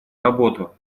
работу